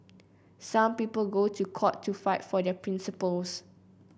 some people go to court to fight for their principles